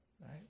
right